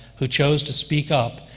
who chose to speak up,